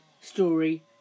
story